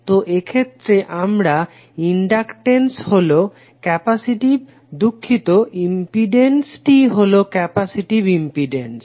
তো এক্ষেত্রে তোমার ইনডাকটেন্স হলো ক্যাপাসিটিভ দুঃখিত ইম্পিডেন্সটি হলো ক্যাপাসিটিভ ইম্পিডেন্স